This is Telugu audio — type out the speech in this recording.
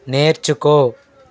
నేర్చుకో